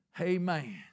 Amen